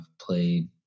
played